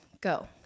go